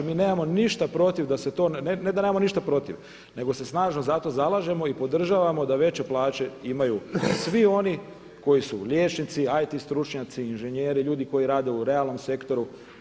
Mi nemamo ništa protiv da se to, ne da nemamo ništa protiv, nego se snažno za to zalažemo i podržavamo da veće plaće imaju svi oni koji su liječnici, IT stručnjaci, inženjeri, ljudi koji rade u realnom sektoru.